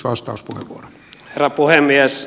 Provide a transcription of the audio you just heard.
herra puhemies